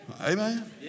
Amen